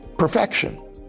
perfection